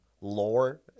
lore